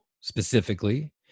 specifically